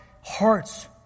hearts